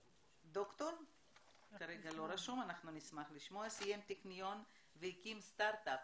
סיים את הטכניון והקים סטרט-אפ.